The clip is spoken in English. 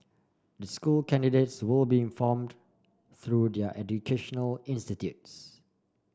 the school candidates will be informed through their educational institutes